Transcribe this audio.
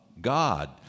God